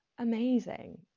amazing